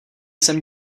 jsem